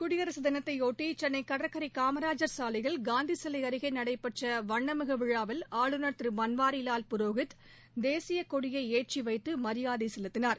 குடியரசு தினத்தையொட்டி சென்னை கடற்கரை காமராஜர் சாலையில் காந்தி சிலை அருகே நடடபெற்ற வண்ணமிகு விழாவில் ஆளுநர் திரு பள்வாரிவால் புரோகித் தேசிய கொடியப ஏற்றி வைத்து மரியாதை செலுத்தினார்